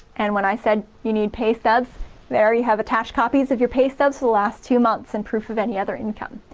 and when i said you need pay stubs there you have attached copies of your pay stubs the the last two months, and proof of any other income.